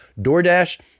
DoorDash